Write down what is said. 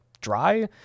dry